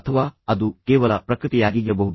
ಅಥವಾ ಅದು ಕೇವಲ ಪ್ರಕೃತಿಯಾಗಿಗಿರಬಹುದು